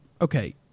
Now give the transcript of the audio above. okay